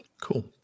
Cool